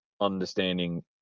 understanding